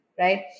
Right